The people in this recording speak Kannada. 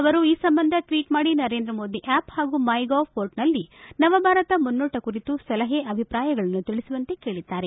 ಅವರು ಈ ಸಂಬಂಧ ಟ್ವೀಟ್ ಮಾಡಿ ನರೇಂದ್ರ ಮೋದಿ ಅಪ್ ಹಾಗೂ ಮ್ಯೆ ಗೌ ಮೋರ್ಟಲ್ನಲ್ಲಿ ನವಭಾರತ ಮುನ್ನೋಟ ಕುರಿತು ಸಲಹೆ ಅಭಿಪ್ರಾಯಗಳನ್ನು ತಿಳಿಸುವಂತೆ ಕೇಳಿದ್ದಾರೆ